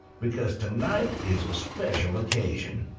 because tonight is a special occasion.